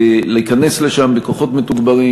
להיכנס לשם בכוחות מתוגברים,